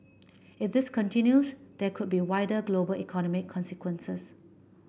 if this continues there could be wider global economic consequences